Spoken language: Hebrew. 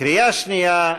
קריאה שנייה,